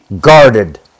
guarded